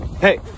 hey